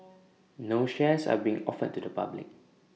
no shares are being offered to the public